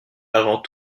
avant